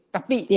Tapi